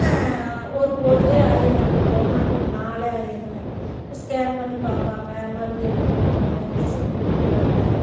ஒரு பொழுதே ஆகிருங்க அங்கே போனால் ஒரு நாளே ஆகிருங்க ஸ்கேன் பண்ணி பார்ப்பாங்க மருந்து எழுதி கொடுப்பாங்க இன்ஜெக்ஷன் போட்டு விடுவாங்க